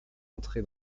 entré